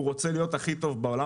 הוא רוצה להיות הכי טוב בעולם.